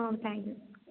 oh thank you